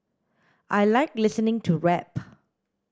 I like listening to rap